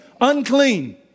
unclean